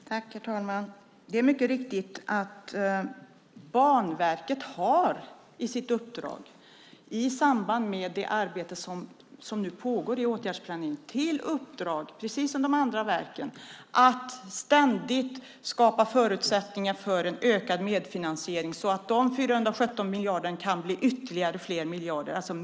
Herr talman! Det är mycket riktigt att Banverket i samband med det arbete som nu pågår i åtgärdsplaneringen har i uppdrag - precis som de andra verken - att ständigt skapa förutsättningar för ökad medfinansiering, så att de 417 miljarderna kan bli ännu fler.